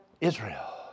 Israel